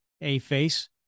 A-face